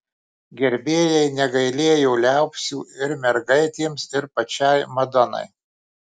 gerbėjai negailėjo liaupsių ir mergaitėms ir pačiai madonai